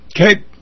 okay